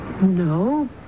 No